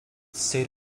state